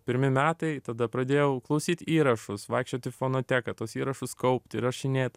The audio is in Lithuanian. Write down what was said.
pirmi metai tada pradėjau klausyt įrašus vaikščiot į fonoteką tuos įrašus kaupti įrašinėt